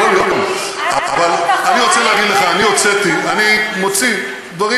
כל יום, אני מוציא דברים